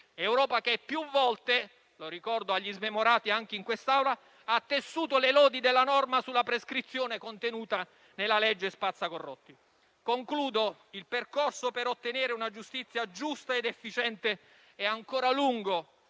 dall'Europa, che più volte - lo ricordo agli smemorati anche in quest'Aula - ha tessuto le lodi della norma sulla prescrizione contenuta nella legge spazzacorrotti. Il percorso per ottenere una giustizia giusta ed efficiente è ancora lungo,